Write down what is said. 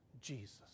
Jesus